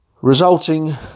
resulting